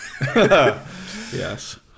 Yes